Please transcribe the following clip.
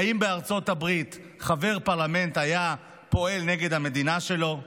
האם בארצות הברית חבר פרלמנט היה פועל נגד המדינה שלו?